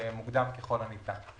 מוקדם ככל הניתן.